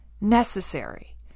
necessary